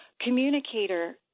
communicator